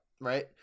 right